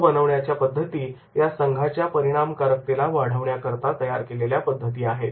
संघ बनवण्याच्या पद्धती या संघाच्या परिणामकारतेला वाढवण्याकरता तयार केलेल्या पद्धती आहेत